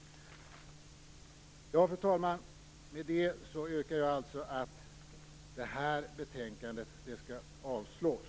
Fru talman! Med det yrkar jag att hemställan i det här betänkandet skall avslås.